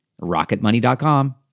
Rocketmoney.com